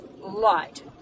light